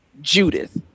Judith